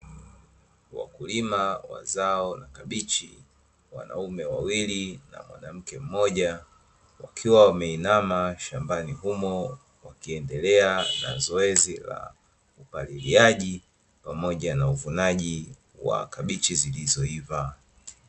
Wakulima wa zao la kabichi wanaume wawili na mwanamke mmoja, wakiwa wameinama shambani humo, wakiendelea na zoezi la upaliliaji, pamoja na uvunaji wa kabichi zilizoiva.